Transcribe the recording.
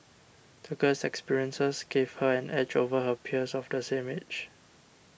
the girl's experiences gave her an edge over her peers of the same age